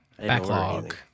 backlog